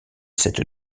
cette